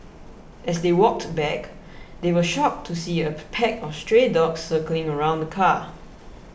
as they walked back they were shocked to see a pack of stray dogs circling around the car